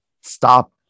stop